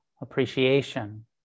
appreciation